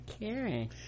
karen